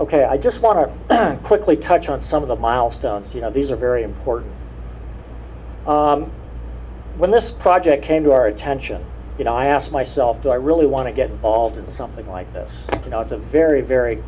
ok i just want to quickly touch on some of the milestones you know these are very important when this project came to our attention you know i asked myself do i really want to get involved in something like this you know it's a very very